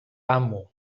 amu